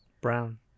brown